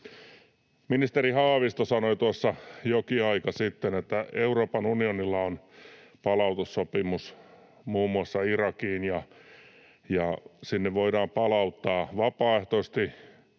Ministeri Haavisto sanoi tuossa jokin aika sitten, että Euroopan unionilla on palautussopimus muun muassa Irakiin ja sinne voidaan palauttaa vapaaehtoisen